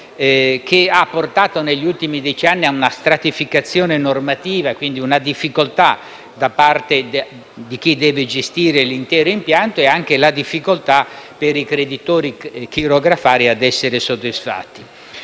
che ha portato, negli ultimi dieci anni, a una stratificazione normativa, quindi a una difficoltà da parte di chi deve gestire l'intero impianto e a una difficoltà per i creditori chirografari ad essere soddisfatti.